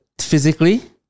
physically